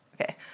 okay